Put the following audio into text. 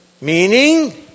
Meaning